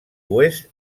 oest